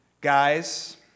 Guys